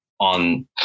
on